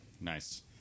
Nice